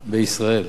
בישראל.